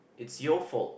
it's your fault